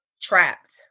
trapped